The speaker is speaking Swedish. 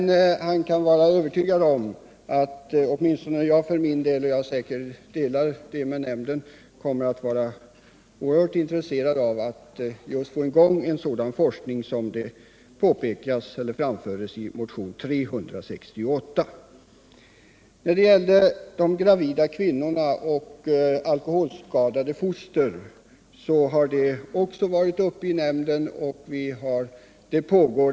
Thure Jadestig kan emellertid vara övertygad om att jag för min del — och säkert även hela nämnden — kommer att vara oerhört intresserad av att få i gång just en sådan forskning som efterlyses i motionen 368. Vad gäller frågan om de gravida kvinnorna och alkoholskadade foster har denna också varit uppe i nämnden.